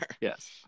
Yes